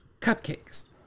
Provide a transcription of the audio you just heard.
Cupcakes